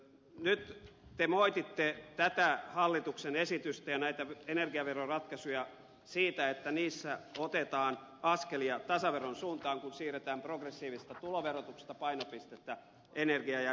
nyt te moititte tätä hallituksen esitystä ja näitä energiaveroratkaisuja siitä että niissä otetaan askelia tasaveron suuntaan kun siirretään progressiivisesta tuloverotuksesta painopistettä energia ja ympäristöveroihin